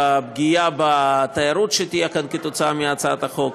בפגיעה בתיירות שתהיה כאן אם תתקבל הצעת החוק,